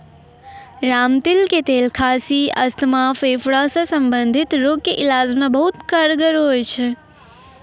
रामतिल के तेल खांसी, अस्थमा, फेफड़ा सॅ संबंधित रोग के इलाज मॅ बहुत कारगर होय छै